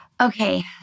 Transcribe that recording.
Okay